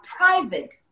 private